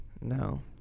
No